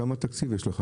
כמה תקציב יש לך